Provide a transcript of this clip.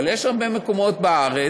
אבל יש הרבה מקומות בארץ